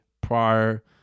prior